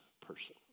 person